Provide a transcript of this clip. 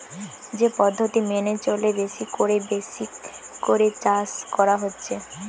যে পদ্ধতি মেনে চলে বেশি কোরে বেশি করে চাষ করা হচ্ছে